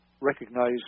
recognize